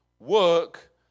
Work